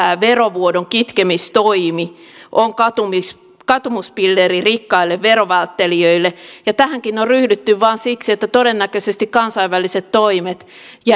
verovuodon kitkemistoimi on katumuspilleri katumuspilleri rikkaille veronvälttelijöille ja tähänkin on ryhdytty vain siksi että todennäköisesti kansainväliset toimet